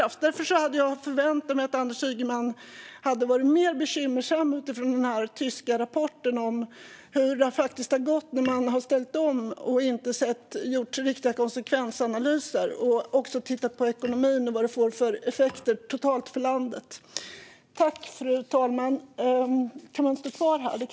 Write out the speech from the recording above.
Av detta skäl hade jag förväntat mig att Anders Ygeman skulle vara mer bekymrad över den tyska rapporten om hur det har gått när man har ställt om och inte gjort riktiga konsekvensanalyser. Man borde titta på ekonomin och se vilka effekter det totalt sett får på landet.